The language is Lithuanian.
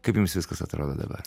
kaip jums viskas atrodo dabar